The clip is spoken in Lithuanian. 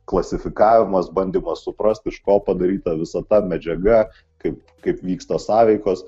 klasifikavimas bandymas suprast iš ko padaryta visa ta medžiaga kaip kaip vyksta sąveikos